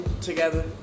together